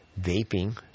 vaping